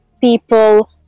people